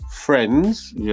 Friends